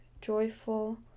joyful